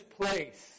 place